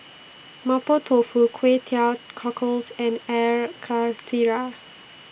Mapo Tofu Kway Teow Cockles and Air Karthira